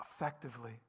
effectively